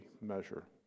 measure